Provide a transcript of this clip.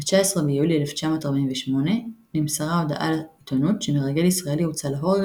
ב-19 ביולי 1948 נמסרה הודעה לעיתונות שמרגל ישראלי הוצא להורג,